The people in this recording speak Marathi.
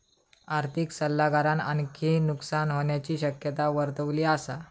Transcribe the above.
आर्थिक सल्लागारान आणखी नुकसान होण्याची शक्यता वर्तवली असा